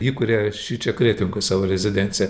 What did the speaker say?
įkuria šičia kretingos savo rezidenciją